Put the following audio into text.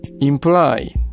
imply